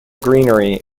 greenery